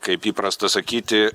kaip įprasta sakyti